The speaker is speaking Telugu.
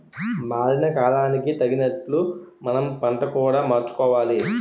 మారిన కాలానికి తగినట్లు మనం పంట కూడా మార్చుకోవాలి